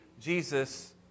Jesus